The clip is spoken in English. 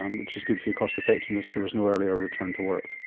um which is good for your cost effectiveness, there was no earlier return to work.